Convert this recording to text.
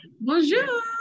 Bonjour